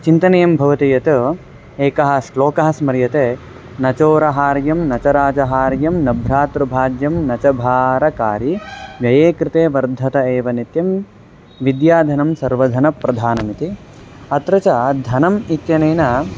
चिन्तनीयं भवति यत् एकः श्लोकः स्मर्यते न चोरकार्यं न च राजकार्यं न भ्रातृभाज्यं न च भारकारिः व्यये कृते वर्धते एव नित्यं विद्याधनं सर्वधनप्रधानमिति अत्र च धनम् इत्यनेन